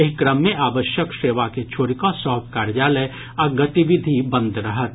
एहि क्रम मे आवश्यक सेवा के छोड़ि कऽ सभ कार्यालय आ गतिविधि बंद रहत